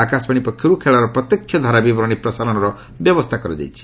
ଆକାଶବାଣୀ ପକ୍ଷରୁ ଖେଳର ପ୍ରତ୍ୟେକ୍ଷ ଧାରାବିବରଣୀ ପ୍ରସାରଣର ବ୍ୟବସ୍ଥା କରାଯାଇଛି